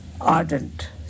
ardent